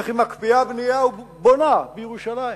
איך היא מקפיאה בנייה ובונה בירושלים?